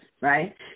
right